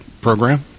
program